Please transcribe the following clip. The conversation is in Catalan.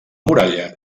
muralla